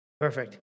Perfect